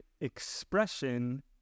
expression